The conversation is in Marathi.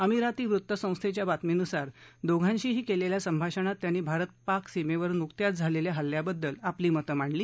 अमिराती वृत्त संस्थेच्या बातमीनुसार दोघांशीही केलेल्या संभाषणात त्यांनी भारत पाक सीमेवर नुकत्याच झालेल्या हल्ल्याबद्दल आपली मतं मांडली